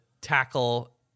tackle